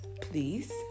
please